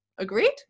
Agreed